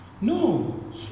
No